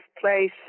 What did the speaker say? place